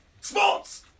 Sports